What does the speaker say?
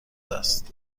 است